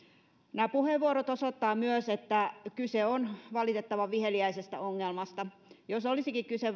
nämä puheenvuorot osoittavat myös että kyse on valitettavan viheliäisestä ongelmasta jos olisikin kyse